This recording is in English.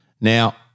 Now